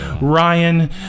Ryan